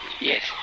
yes